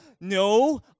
No